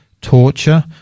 torture